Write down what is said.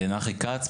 נחי כץ,